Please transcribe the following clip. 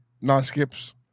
non-skips